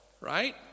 right